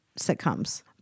sitcoms